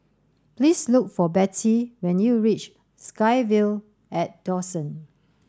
please look for Betty when you reach SkyVille at Dawson